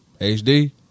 HD